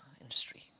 industry